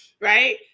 right